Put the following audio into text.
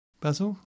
Basil